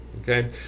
okay